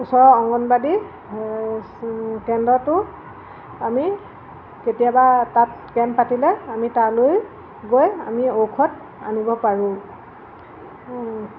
ওচৰৰ অংগনবাদী কেন্দ্ৰটো আমি কেতিয়াবা তাত কেম্প পাতিলে আমি তালৈ গৈ আমি ঔষধ আনিব পাৰোঁ